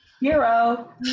Hero